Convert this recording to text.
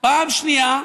פעם שנייה,